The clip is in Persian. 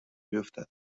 بیفتد